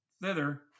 Thither